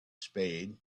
spade